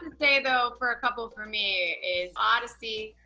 say, though, for a couple for me is odyssey,